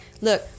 look